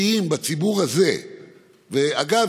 ואגב,